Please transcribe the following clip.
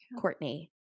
Courtney